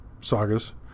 sagas